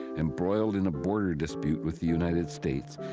embroiled in a border dispute with the united states,